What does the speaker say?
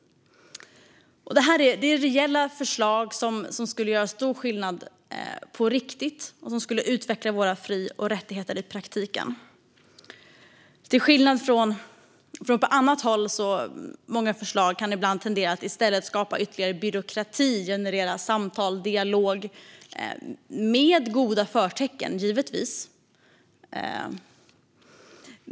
Detta är reella förslag som skulle göra stor skillnad på riktigt och som skulle utveckla våra fri och rättigheter i praktiken. Många förslag på annat håll kan ibland tendera att i stället skapa ytterligare byråkrati och generera samtal och dialog, givetvis med goda förtecken.